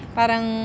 parang